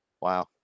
Wow